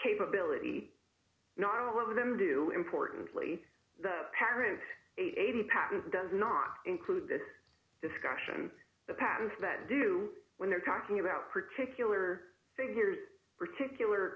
capability not all of them do importantly parent a patent does not include this discussion the patents that do when they're talking about particular figures particular